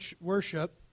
worship